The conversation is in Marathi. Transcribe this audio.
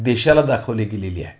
देशाला दाखवली गेलेली आहे